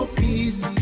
peace